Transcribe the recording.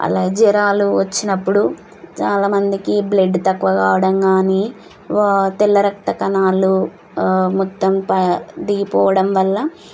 అలా జ్వరాలు వచ్చినప్పుడు చాలా మందికి బ్లడ్ తక్కువ కావడం కానీ ఓ తెల్ల రక్త కణాలు మొత్తం దిగిపోవడం వల్ల